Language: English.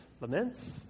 laments